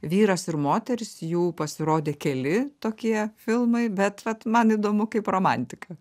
vyras ir moteris jų pasirodė keli tokie filmai bet vat man įdomu kaip romantika